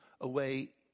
away